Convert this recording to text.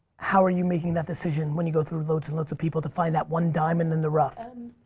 how are you making that decision when you go through loads and loads of people, to find that one diamond in the rough? and